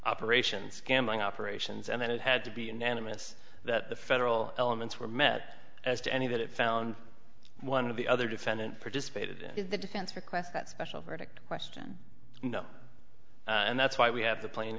operations gambling operations and then it had to be unanimous that the federal elements were met as to any that it found one of the other defendant participated in the defense request that special verdict question and that's why we have the pla